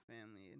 family